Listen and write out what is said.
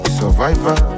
survivor